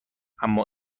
اما